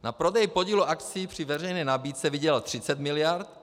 Na prodej podílu akcií při veřejné nabídce vydělal 30 mld.